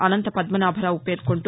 అనంత పద్మనాభరావు పేర్కొంటూ